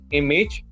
image